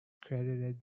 credited